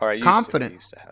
confident